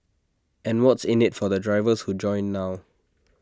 and what's in IT for the drivers who join now